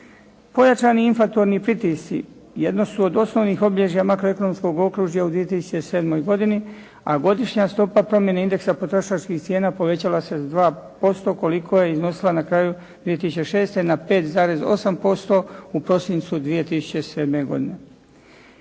Pojačani infrakturni pritisci jedno su od osnovnih obilježja makroekonomskog okružja u 2007. godini, a godišnja stopa promjene indeksa potrošačkih cijena povećala za 2% koliko je iznosila na kraju 2006. na 5,8% u prosincu 2007. godine.